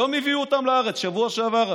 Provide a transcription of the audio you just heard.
היום הביאו אותם לארץ, רק בשבוע שעבר.